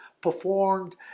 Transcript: performed